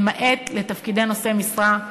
למעט לתפקידי נושאי משרה,